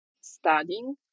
studying